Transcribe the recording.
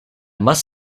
must